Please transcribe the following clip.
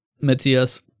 Matthias